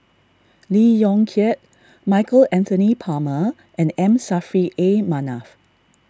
Lee Yong Kiat Michael Anthony Palmer and M Saffri A Manaf